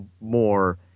more